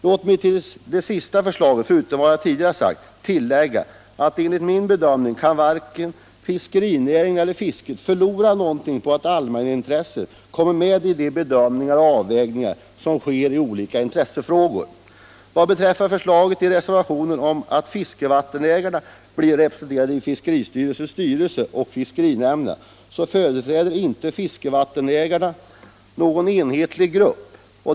Låt mig till detta säga, förutom vad jag tidigare sagt, att enligt min bedömning kan varken fiskerinäringen eller fisket förlora någonting på att allmänintresset kommer med i de bedömningar och avvägningar som görs i olika intressefrågor. Vad beträffar förslaget i reservationerna om att fiskevattenägarna blir representerade i fiskeristyrelsens styrelse och fiskerinämnderna vill jag framhålla att fiskevattenägarna inte utgör någon enhetlig grupp.